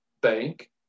bank